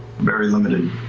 very limited.